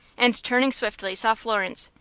and turning swiftly saw florence,